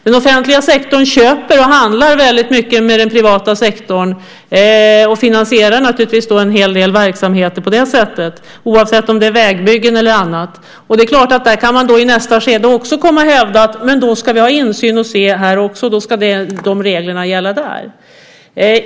Den offentliga sektorn handlar mycket med den privata sektorn och finansierar naturligtvis en hel del verksamheter på det sättet, oavsett om det är vägbyggen eller annat. Man kan i nästa skede hävda att vi ska ha insyn också där och att reglerna ska gälla även där.